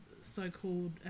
so-called